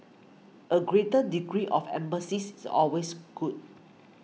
a greater degree of empathy is the always good